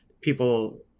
people